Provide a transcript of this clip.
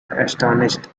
astonished